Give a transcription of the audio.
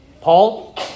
Paul